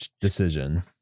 decision